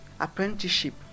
apprenticeship